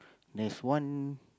there's one